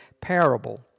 parable